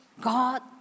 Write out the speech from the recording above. God